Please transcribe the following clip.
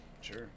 sure